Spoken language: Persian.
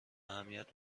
اهمیت